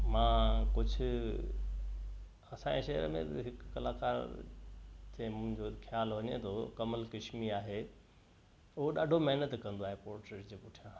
मां कुझु असांजे शहर में हिकु कलाकार जंहिं मुंजो ख़्यालु वञे थो कमल कशमी आहे उहो ॾाढो महिनत कंदो आहे पोर्ट्रेट जे पुठियां